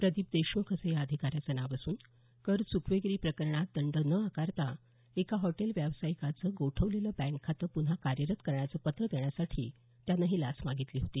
प्रदीप देशमुख असं या अधिकाऱ्याचं नाव असून कर चुकवेगिरी प्रकरणात दंड न आकारता एका हॉटेल व्यावसायिकाचं गोठवलेलं बँक खातं पुन्हा कार्यरत करण्याचं पत्र देण्यासाठी त्यानं ही लाच मागितली होती